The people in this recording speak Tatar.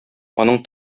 аның